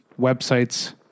websites